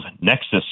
Nexus